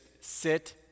sit